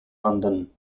london